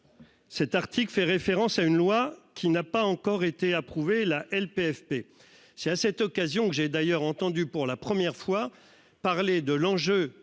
Cet article fait référence à une loi qui n'a pas encore été approuvé la LPFP. C'est à cette occasion que j'ai d'ailleurs entendu pour la première fois parler de l'enjeu